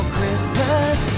Christmas